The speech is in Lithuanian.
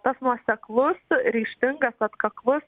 tas nuoseklus ryžtingas atkaklus